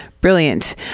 Brilliant